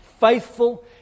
faithful